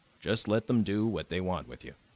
just let them do what they want with you.